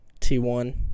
T1